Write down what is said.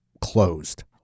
closed